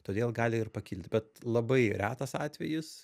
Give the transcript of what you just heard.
todėl gali ir pakilti bet labai retas atvejis